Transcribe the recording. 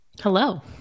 Hello